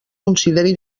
considere